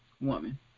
woman